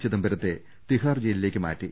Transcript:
ചിദംബരത്തെ തിഹാർ ജയിലിലേക്ക് മാറ്റി